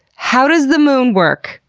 how does the moon work?